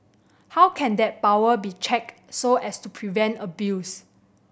how can that power be checked so as to prevent abuse